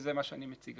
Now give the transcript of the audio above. וזה מה שאני מציג.